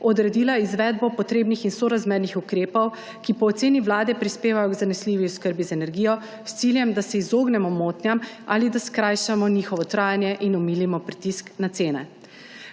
odredila izvedbo potrebnih in sorazmernih ukrepov, ki po oceni vlade prispevajo k zanesljivi oskrbi z energijo, s ciljem, da se izognemo motnjam ali da skrajšamo njihovo trajanje in omilimo pritisk na cene.